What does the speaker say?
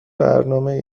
برنامه